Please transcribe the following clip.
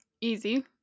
easy